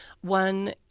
One